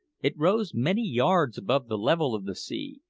it rose many yards above the level of the sea,